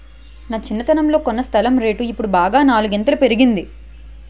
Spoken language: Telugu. నా చిన్నతనంలో కొన్న స్థలం రేటు ఇప్పుడు బాగా నాలుగింతలు పెరిగింది